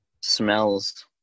Smells